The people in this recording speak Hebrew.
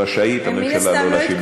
רשאית הממשלה לא להשיב.